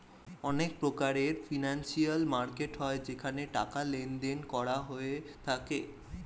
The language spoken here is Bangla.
অনেক প্রকারের ফিনান্সিয়াল মার্কেট হয় যেখানে টাকার লেনদেন করা হয়ে থাকে